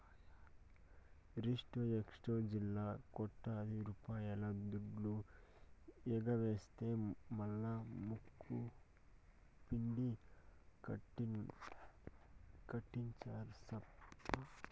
crypto ఎక్సేంజీల్లా కోట్లాది రూపాయల దుడ్డు ఎగవేస్తె మల్లా ముక్కుపిండి కట్టించినార్ప